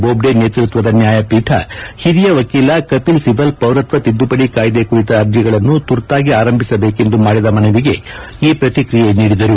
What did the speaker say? ಬೋಬ್ಡೆ ನೇತೃತ್ವದ ನ್ಯಾಯಪೀಠ ಹಿರಿಯ ವಕೀಲ ಕಪಿಲ್ ಸಿಬಲ್ ಪೌರತ್ವ ತಿದ್ದುಪಡಿ ಕಾಯ್ದೆ ಕುರಿತ ಅರ್ಜಿಗಳನ್ನು ತುರ್ತಾಗಿ ಆರಂಭಿಸಬೇಕೆಂದು ಮಾಡಿದ ಮನವಿಗೆ ಈ ಪ್ರತಿಕ್ರಿಯೆ ನೀಡಿದರು